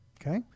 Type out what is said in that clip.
Okay